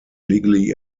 legally